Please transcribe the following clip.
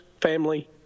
family